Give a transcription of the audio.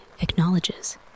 acknowledges